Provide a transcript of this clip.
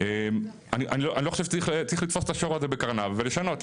-- צריך לתפוס את השור בקרניו ולשנות.